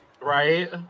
Right